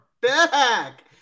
back